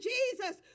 Jesus